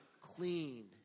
clean